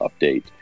update